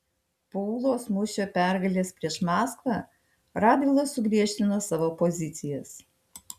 po ūlos mūšio pergalės prieš maskvą radvila sugriežtino savo pozicijas